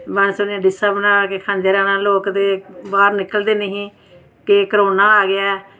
बस उनें खंदे रौह्ना लोग ते बाह्र निकलदे निं हे की कोरोना आई दा ऐ